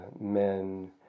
men